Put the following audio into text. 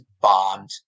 bombed